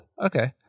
Okay